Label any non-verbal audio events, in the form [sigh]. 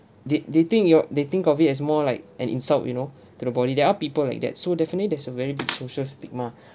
they they think you're they think of it as more like an insult you know [breath] to the body there are people like that so definitely there's a very big social stigma [breath]